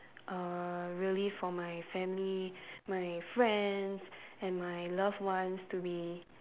err really for my family my friends and my loved ones to be